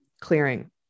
clearing